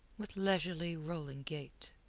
with leisurely, rolling gait.